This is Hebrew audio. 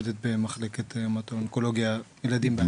שגם נמצאת פה היום,